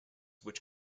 which